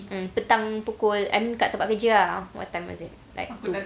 mm petang pukul I mean kat tempat kerja ah what time was it like two plus